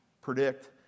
predict